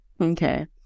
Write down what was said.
Okay